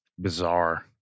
bizarre